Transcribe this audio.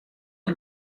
der